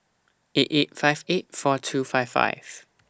eight eight five eight four two five five